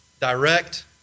direct